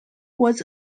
was